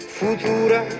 futura